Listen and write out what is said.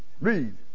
Read